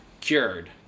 cured